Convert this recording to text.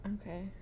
Okay